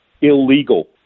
illegal